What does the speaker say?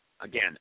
Again